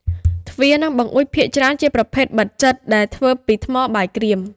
ទ្វារ និងបង្អួចភាគច្រើនជាប្រភេទបិទជិត ដែលធ្វើពីថ្មបាយក្រៀម។